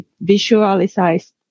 visualized